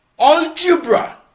algebra